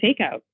takeout